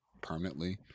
permanently